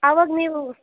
ಆವಾಗ ನೀವು